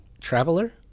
traveler